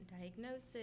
diagnosis